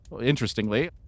Interestingly